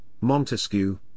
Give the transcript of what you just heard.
Montesquieu